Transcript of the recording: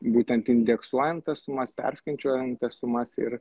būtent indeksuojant tas sumas perskaičiuojant tas sumas ir